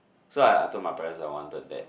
so I I told my parents I wanted that